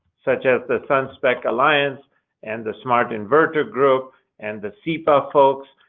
such as the sunspec alliance and the smart inverter group and the sepa folks,